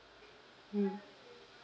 mm